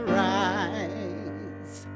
rise